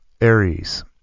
Aries